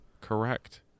Correct